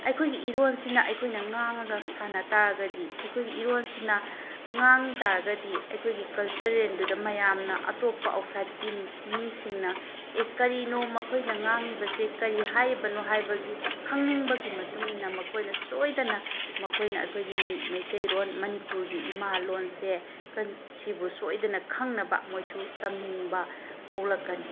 ꯑꯩꯈꯣꯏꯒꯤ ꯏꯔꯣꯜꯁꯤꯅ ꯑꯩꯈꯣꯏꯅ ꯉꯥꯡꯉꯒ ꯁꯥꯟꯅ ꯇꯥꯔꯒꯗꯤ ꯑꯩꯈꯣꯏꯒꯤ ꯏꯔꯣꯜꯁꯤꯅ ꯉꯥꯡ ꯇꯥꯔꯒꯗꯤ ꯑꯩꯈꯣꯏꯒꯤ ꯀꯜꯆꯔꯦꯜꯗꯨꯗ ꯃꯌꯥꯝꯅ ꯑꯇꯣꯞꯄ ꯑꯥꯎꯠꯁꯥꯏꯠꯀꯤ ꯃꯤꯁꯤꯡꯅ ꯑꯦ ꯀꯔꯤꯅꯣ ꯃꯈꯣꯏꯅ ꯉꯥꯡꯉꯤꯕꯁꯦ ꯀꯔꯤ ꯍꯥꯏꯔꯤꯕꯅꯣ ꯍꯥꯏꯕꯒꯤ ꯈꯪꯅꯤꯡꯕꯒꯤ ꯃꯇꯨꯡ ꯏꯟꯅ ꯃꯈꯣꯏꯅ ꯁꯣꯏꯗꯅ ꯃꯈꯣꯏꯅ ꯑꯩꯈꯣꯏꯒꯤ ꯃꯩꯇꯩꯂꯣꯟ ꯃꯅꯤꯄꯨꯔꯒꯤ ꯏꯃꯥꯂꯣꯟꯁꯦ ꯁꯤꯕꯨ ꯁꯣꯏꯗꯅ ꯈꯪꯅꯕ ꯃꯣꯏꯁꯨ ꯇꯝꯅꯤꯡꯕ ꯄꯣꯛꯂꯛꯀꯅꯤ